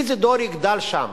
איזה דור יגדל שם?